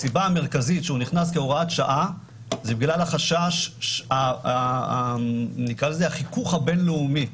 הסיבה המרכזית שהוא נכנס כהוראת שעה היא בגלל החשש מחיכוך בין-לאומי,